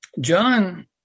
John